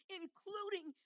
including